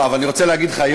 אני רוצה להגיד לך,